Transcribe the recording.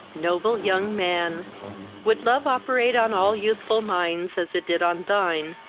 noble young man would love operate on all youthful minds as it did on thine,